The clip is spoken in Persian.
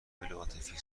عاطفی